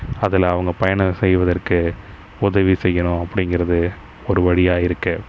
அதில் அவங்க பயணம் செய்வதற்கு உதவி செய்யணும் அப்படிங்கிறது ஒரு வழியாக இருக்குது